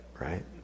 right